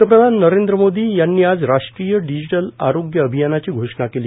पंतप्रधान नरेंद्र मोदी यांनी आज राष्ट्रीय डिजीटल आरोग्य अभियानाची घोषणा केली